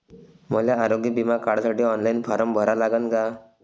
मले आरोग्य बिमा काढासाठी ऑनलाईन फारम भरा लागन का?